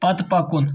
پَتہٕ پَکُن